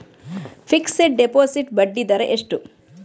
Fixed deposit ಬಡ್ಡಿ ದರ ಎಷ್ಟು?